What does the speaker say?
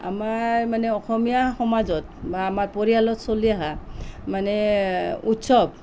আমাৰ মানে অসমীয়া সমাজত বা আমাৰ পৰিয়ালত চলি অহা মানে উৎসৱ